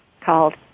called